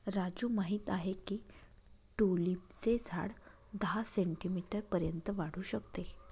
राजू माहित आहे की ट्यूलिपचे झाड दहा सेंटीमीटर पर्यंत वाढू शकते